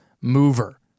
mover